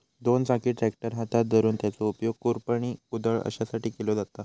दोन चाकी ट्रॅक्टर हातात धरून त्याचो उपयोग खुरपणी, कुदळ अश्यासाठी केलो जाता